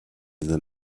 than